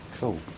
Cool